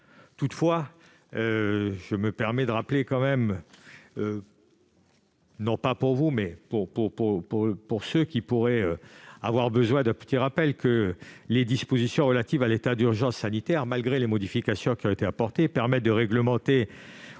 Toutefois, je me permets de mentionner, pour ceux qui pourraient avoir besoin d'un petit rappel, que les dispositions relatives à l'état d'urgence sanitaire, malgré les modifications qui ont été apportées, permettent de réglementer